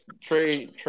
trade